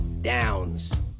downs